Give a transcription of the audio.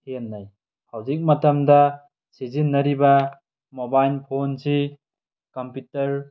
ꯍꯧꯖꯤꯛ ꯃꯇꯝꯗ ꯁꯤꯖꯤꯟꯅꯔꯤꯕ ꯃꯣꯕꯥꯏꯜ ꯐꯣꯟꯁꯤ ꯀꯝꯄ꯭ꯌꯨꯇꯔ